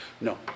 no